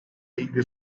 ilgili